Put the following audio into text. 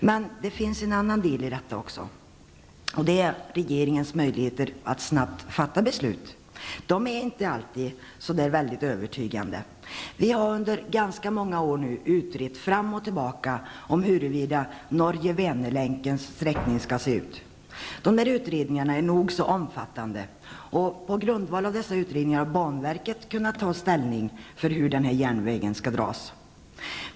Men det finns en annan del i detta också. Det är regeringens möjligheter att snabbt fatta beslut. De är inte alltid så övertygande. Under ganska många år har vi nu fram och tillbaka utrett hur Norge-- Vänerlänkens sträckning skall se ut. Dessa utredningar är nog så omfattande. På grundval av dessa utredningar har banverket kunnat ta ställning till hur den här järnvägen skall dras.